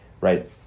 right